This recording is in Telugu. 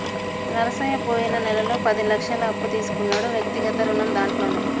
నరసయ్య పోయిన నెలలో పది లక్షల అప్పు తీసుకున్నాడు వ్యక్తిగత రుణం దాంట్లోనే